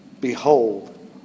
Behold